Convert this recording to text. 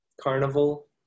carnival